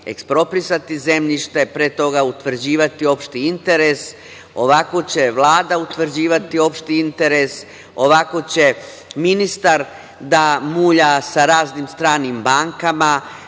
eksproprisati zemljište, pre toga utvrđivati opšti interes. Ovako će Vlada utvrđivati opšti interes, ovako će ministar da mulja sa raznim stranim bankama,